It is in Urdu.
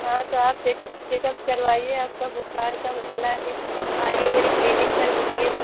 ہاں تو آپ چیک اپ کروائیے آپ کا بخار کا مسئلہ ہے آئیے میری کلینک پر ملیے